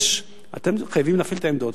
אתם חייבים להפעיל את העמדות.